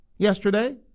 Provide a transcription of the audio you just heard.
Yesterday